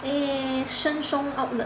eh Sheng-Siong outlet